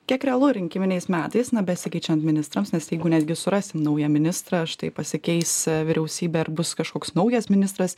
kiek realu rinkiminiais metais na besikeičiant ministrams nes jeigu netgi surasim naują ministrą štai pasikeis vyriausybė ar bus kažkoks naujas ministras